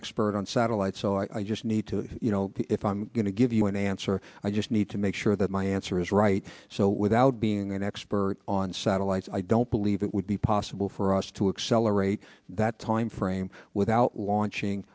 expert on satellite so i just need to you know if i'm going to give you an answer i just need to make sure that my answer is right so without being an expert on satellites i don't believe it would be possible for us to accelerate that timeframe without launching